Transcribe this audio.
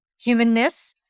humanness